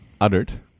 uttered